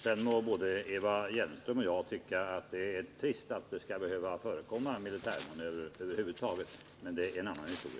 Sedan må både Eva Hjelmström och jag tycka att det är trist att det skall behöva förekomma militärmanövrar över huvud taget, men det är en annan historia.